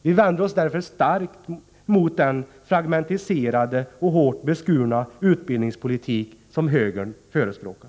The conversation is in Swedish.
Vi vänder oss därför starkt mot den fragmenterade och hårt beskurna utbildningspolitik som högern förespråkar.